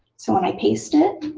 so when i paste it,